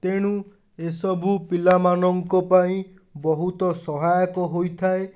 ତେଣୁ ଏସବୁ ପିଲାମାନଙ୍କ ପାଇଁ ବହୁତ ସହାୟକ ହୋଇଥାଏ